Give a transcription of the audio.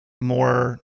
more